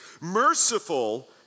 Merciful